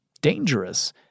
dangerous